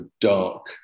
dark